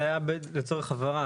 זה היה רק לצורך הבהרה.